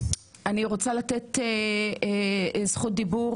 אני רוצה לתת את זכות הדיבור